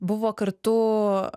buvo kartu